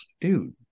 dude